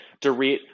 Dorit